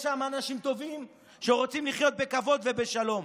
יש שם אנשים טובים שרוצים לחיות בכבוד ובשלום,